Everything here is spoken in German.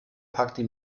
packte